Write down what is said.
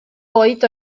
oed